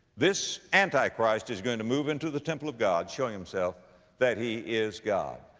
this antichrist is going to move into the temple of god showing himself that he is god.